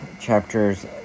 Chapters